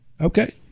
Okay